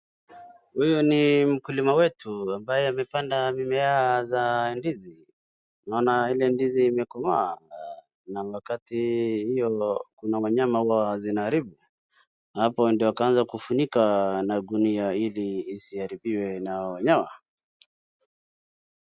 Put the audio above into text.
Huyu ni mkulima wetu ambaye amepanda mimea za ndizi. Tunaona ile ndizi imekomaa na wakati hiyo kuna wanyama hua zinaharibu. Hapo ndiyo akaanza kufunika na ngunia ili isiharibiwe na wanyama.